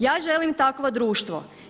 Ja želim takvo društvo.